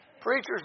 Preachers